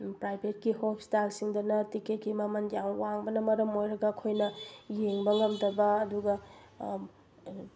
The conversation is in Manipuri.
ꯄ꯭ꯔꯥꯏꯕꯦꯠꯀꯤ ꯍꯣꯁꯄꯤꯇꯥꯜꯁꯤꯡꯗꯅ ꯇꯤꯛꯀꯦꯠꯀꯤ ꯃꯃꯟ ꯌꯥꯝ ꯋꯥꯡꯕꯅ ꯃꯔꯝ ꯑꯣꯏꯔꯒ ꯑꯩꯈꯣꯏꯅ ꯌꯦꯡꯕ ꯉꯝꯗꯕ ꯑꯗꯨꯒ